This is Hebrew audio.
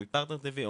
או פרטנר TV,